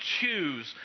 choose